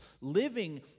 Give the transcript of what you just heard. living